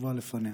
וחשובה לפניה.